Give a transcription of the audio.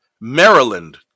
maryland